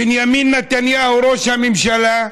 בנימין נתניהו, ראש הממשלה,